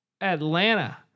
Atlanta